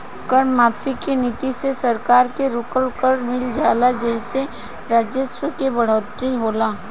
कर माफी के नीति से सरकार के रुकल कर मिल जाला जेइसे राजस्व में बढ़ोतरी होला